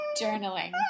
journaling